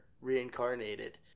reincarnated